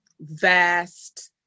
vast